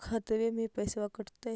खतबे से पैसबा कटतय?